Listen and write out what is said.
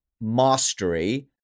mastery